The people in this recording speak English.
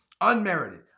unmerited